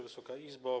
Wysoka Izbo!